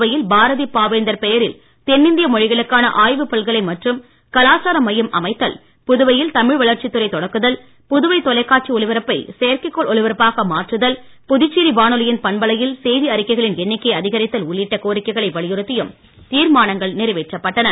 புதுவையில் பாரதி பாவேந்தர் பெயரில் தென்னிந்திய மொழிகளுக்கான ஆய்வுப் பல்கலை மற்றும் கலாச்சாரம் மையம் அமைத்தல் புதுவையில் தமிழ் வளர்ச்சி துறை தொடக்குதல் புதுவை தொலைக்காட்சி ஒளிபரப்பை செயற்கைகோள் ஒளிபரப்பாக மாற்றுதல் புதுச்சேரி வானொலியின் பண்பலையில் செய்தி அறிக்கைகளின் எண்ணிக்கையை அதிகரித்தல் உள்ளிட்ட கோரிக்கைகளை வலியுறுத்தியும் தீர்மானங்கள் நிறைவேற்றப்பட்டன